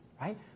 right